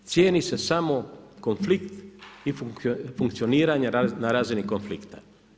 Cijeni se samo konflikt i funkcioniranje na razini konflikta.